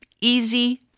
easy